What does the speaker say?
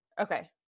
Okay